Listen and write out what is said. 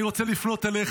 אני רוצה לפנות אליך,